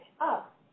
up